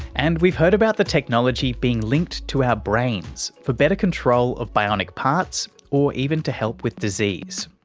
and we've heard about the technology being linked to our brains for better control of bionic parts or even to help with disease.